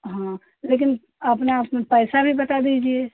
हँ लेकिन अपना पैसा भी बता दीजिए